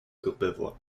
courbevoie